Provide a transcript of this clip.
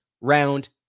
round